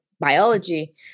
biology